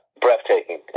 breathtaking